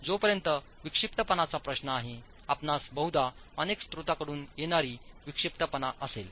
जोपर्यंत विक्षिप्तपणाचा प्रश्न आहे आपणास बहुधा अनेक स्त्रोतांकडून येणारी विक्षिप्तपणा असेल